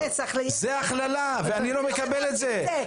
זו הכללה, ואני לא מקבל את זה.